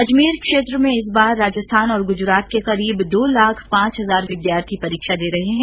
अजमेर क्षेत्र में इस बार राजस्थान और गुजरात के करीब दो लाख पांच हजार विद्यार्थी परीक्षा दे रहे है